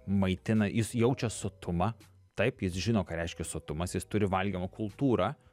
maitina jis jaučia sotumą taip jis žino ką reiškia sotumas jis turi valgymo kultūrą